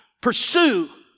pursue